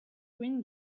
green